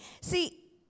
See